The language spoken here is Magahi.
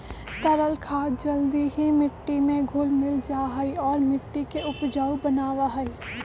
तरल खाद जल्दी ही मिट्टी में घुल मिल जाहई और मिट्टी के उपजाऊ बनावा हई